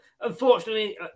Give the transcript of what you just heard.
Unfortunately